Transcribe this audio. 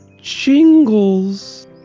Jingles